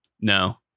no